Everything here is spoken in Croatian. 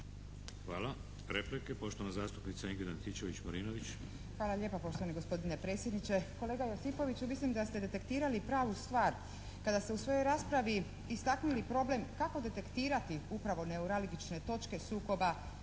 Hvala. Replike, poštovana zastupnica Ingrid Antičević MArinović. **Antičević Marinović, Ingrid (SDP)** Hvala lijepa poštovani gospodine predsjedniče. Kolega Josipoviću mislim da ste detektirali pravu stvar. Kada ste u svojoj raspravi istaknuli problem kako detektirati upravo neuralgične točke sukoba